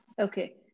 Okay